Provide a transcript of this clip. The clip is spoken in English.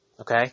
Okay